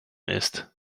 ist